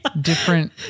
different